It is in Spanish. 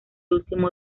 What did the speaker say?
último